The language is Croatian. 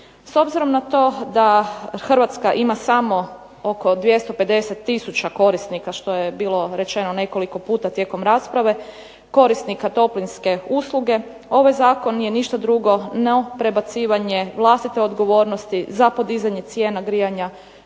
S obzirom na to da Hrvatska ima samo oko 250 tisuća korisnika što je bilo rečeno nekoliko puta tijekom rasprave, korisnika toplinske usluge, ovaj zakon nije ništa drugo no prebacivanje vlastite odgovornosti za podizanje cijena grijanja